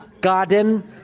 garden